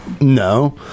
no